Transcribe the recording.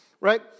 right